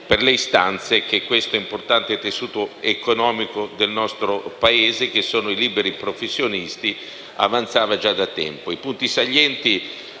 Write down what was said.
rappresentanti di questo importante tessuto economico del nostro Paese, che sono i liberi professionisti, avanzavano già da tempo.